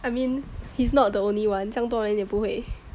I mean he's not the only one 这样多人也不会